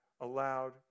allowed